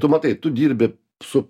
tu matai tu dirbi su